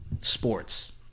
sports